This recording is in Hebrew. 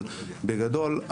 אבל בגדול,